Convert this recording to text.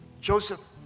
Joseph